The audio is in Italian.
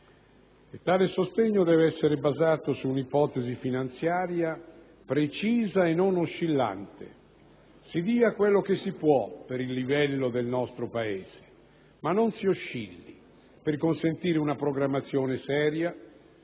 Tale sostegno deve essere basato su un'ipotesi finanziaria precisa e non oscillante: si dia quello che si può per il livello del nostro Paese, ma non si oscilli, per consentire una programmazione seria